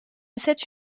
cette